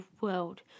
world